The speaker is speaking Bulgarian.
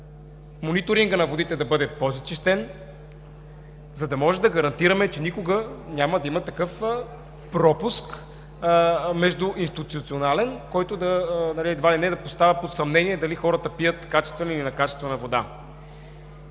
мониторингът на водите да бъде по-зачестен, за да може да гарантираме, че никога няма да има такъв междуинституционален пропуск, който да поставя под съмнение дали хората пият качествена или некачествена вода.